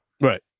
Right